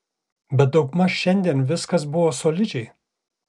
bet daugmaž šiandien viskas buvo solidžiai